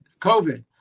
COVID